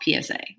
psa